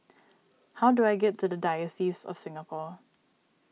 how do I get to the Diocese of Singapore